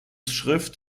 schrift